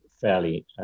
fairly